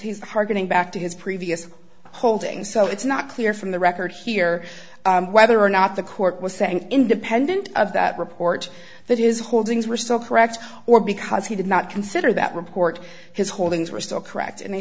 harkening back to his previous holdings so it's not clear from the record here whether or not the court was saying independent of that report that his holdings were so correct or because he did not consider that report his holdings were still correct and